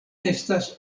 estas